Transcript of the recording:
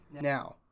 Now